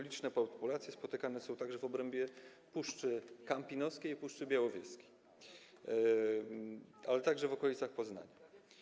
Liczne populacje spotykane są także w obrębie Puszczy Kampinoskiej i Puszczy Białowieskiej, a także w okolicach Poznania.